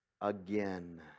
again